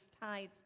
tithes